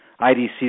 IDC